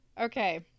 okay